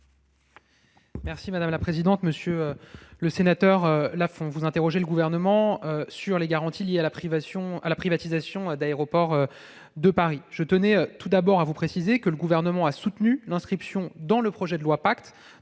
secrétaire d'État. Monsieur le sénateur Lafon, vous interrogez le Gouvernement sur les garanties liées à la privatisation d'Aéroports de Paris. Je tenais tout d'abord à vous préciser que le Gouvernement a soutenu l'inscription de l'amendement que